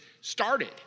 started